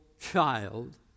child